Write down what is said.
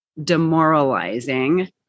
Demoralizing